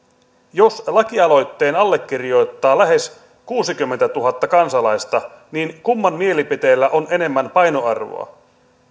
jos lakialoitteen allekirjoittaa lähes kuusikymmentätuhatta kansalaista niin kumman mielipiteellä on enemmän painoarvoa